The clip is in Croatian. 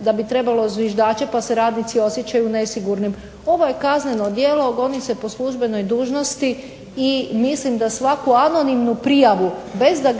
da bi trebalo zviždače, pa se radnici osjećaju nesigurnim. Ovo je kazneno djelo, goni se po službenoj dužnosti i mislim da svaku anonimnu prijavu, bez da